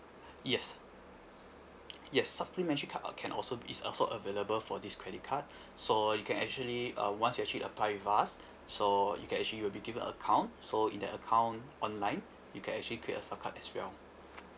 yes yes supplementary card uh can also is also available for this credit card so you can actually uh once you actually apply with us so you can actually will be given a account so in that account online you can actually create a sup~ card as well